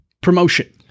promotion